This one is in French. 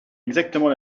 exactement